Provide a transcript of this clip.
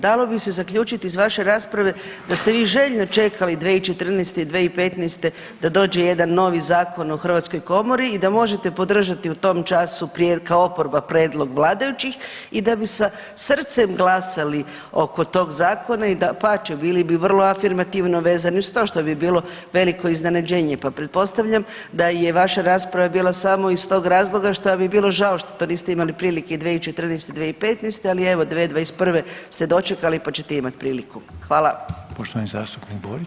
Dalo bi se zaključiti iz vaše rasprave da ste vi željno čekali 2014. i 2015. da dođe jedan novi zakon o hrvatskoj komori i da možete podržati u tom času .../nerazumljivo/... kao oporba prijedlog vladajućih i da bi sa srcem glasali oko tog zakona i dapače, bili bi vrlo afirmativno vezani uz to što bi bilo veliko iznenađenje, pa pretpostavljam da je i vaša rasprava bila samo iz tog razloga što vam je bilo žao što to niste imali prilike 2014. i 2015., ali evo, 2021. ste dočekali pa ćete imati priliku.